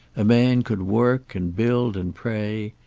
a man could work and build and pray,